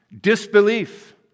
Disbelief